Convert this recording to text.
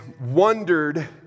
wondered